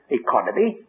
economy